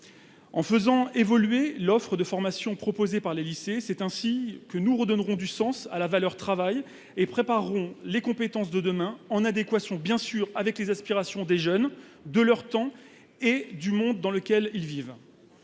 En faisant évoluer l'offre de formations proposée par les lycées, nous redonnerons du sens à la valeur travail et préparerons les compétences de demain, en adéquation bien sûr avec les aspirations des jeunes, de leur temps et du monde dans lequel ils vivent.